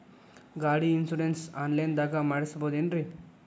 ಗಾಡಿ insurance online ದಾಗ ಮಾಡಸ್ಬಹುದೆನ್ರಿ?